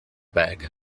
bag